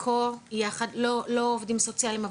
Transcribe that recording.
לא עובדים סוציאליים,